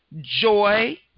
joy